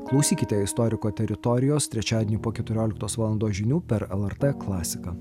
klausykite istoriko teritorijos trečiadienį po keturioliktos valandos žinių per lrt klasiką